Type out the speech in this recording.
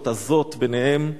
מחלוקות עזות ביניהם.